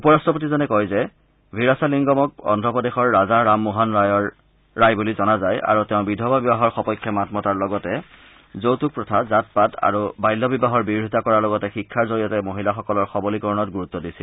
উপ ৰাট্টপতিজনে কয় যে ভিৰাছালিংগমক অন্ধ্ৰপ্ৰদেশৰ ৰাজা ৰামমোহন ৰায় বুলি জনা যায় আৰু তেওঁ বিধবা বিবাহৰ সপক্ষে মাত মতাৰ লগতে যৌতুক প্ৰথা জাত পাত আৰু বাল্যবিবাহৰ বিৰোধিতা কৰাৰ লগতে শিক্ষাৰ জৰিয়তে মহিলাসকলৰ সবলীকৰণত গুৰুত দিছিল